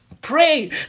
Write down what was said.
Pray